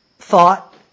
Thought